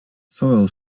soil